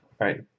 Right